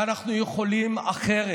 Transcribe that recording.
ואנחנו יכולים אחרת.